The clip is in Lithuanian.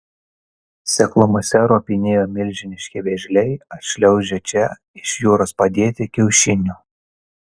seklumose ropinėjo milžiniški vėžliai atšliaužę čia iš jūros padėti kiaušinių